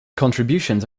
contributions